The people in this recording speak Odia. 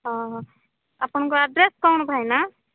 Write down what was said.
ହଁ ହଁ ଆପଣଙ୍କ ଆଡ଼୍ରେସ୍ କ'ଣ ଭାଇନା